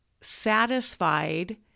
satisfied